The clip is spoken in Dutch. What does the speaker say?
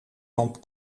van